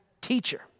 teacher